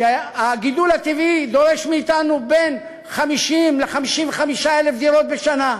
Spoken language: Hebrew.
הגידול הטבעי דורש מאתנו בין 50,000 ל-55,000 דירות בשנה,